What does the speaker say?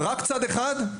רק צד אחד?